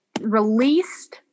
released